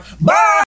bye